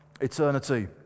eternity